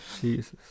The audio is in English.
Jesus